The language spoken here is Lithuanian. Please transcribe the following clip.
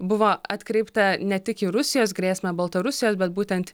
buvo atkreipta ne tik į rusijos grėsmę baltarusijos bet būtent